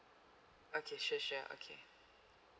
okay sure sure okay